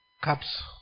cups